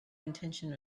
intention